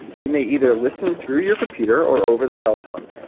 you may either listen through your computer or over the telephone.